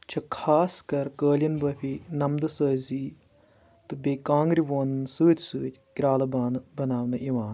چھِ خاص کر قٲلیٖن بٲفی نمدٕ سٲزی تہٕ بیٚیہِ کانٛگرِ وونن سۭتۍ سۭتۍ کِرالہٕ بانہٕ بناونہٕ یِوان